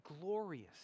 Glorious